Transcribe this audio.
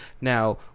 Now